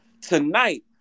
Tonight